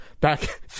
back